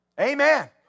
Amen